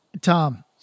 Tom